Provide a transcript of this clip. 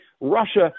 Russia